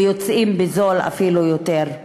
ויוצאים אפילו בזול יותר.